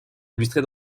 illustrés